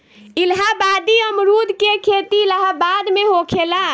इलाहाबादी अमरुद के खेती इलाहाबाद में होखेला